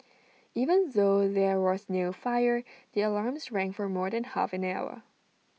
even though there was no fire the alarms rang for more than half an hour